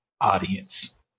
audience